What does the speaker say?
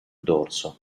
dorso